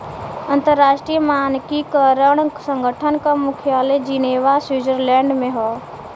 अंतर्राष्ट्रीय मानकीकरण संगठन क मुख्यालय जिनेवा स्विट्जरलैंड में हौ